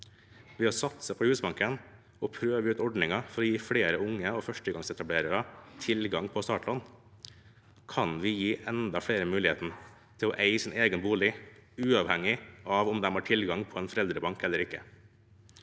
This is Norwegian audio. Ved å satse på Husbanken og prøve ut ordninger for å gi flere unge og førstegangsetablerere tilgang på startlån kan vi gi enda flere muligheten til å eie sin egen bolig, uavhengig av om de har tilgang på en foreldrebank eller ikke.